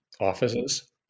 offices